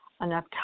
enough